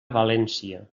valència